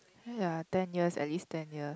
!aiya! ten years at least ten years